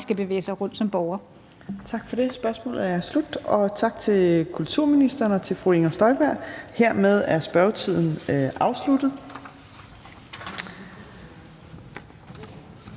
næstformand (Trine Torp): Tak for det. Spørgsmålet er slut. Tak til kulturministeren og til fru Inger Støjberg. Hermed er spørgetiden afsluttet.